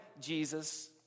Jesus